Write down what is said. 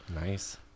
Nice